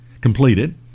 completed